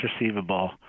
receivable